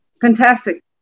fantastic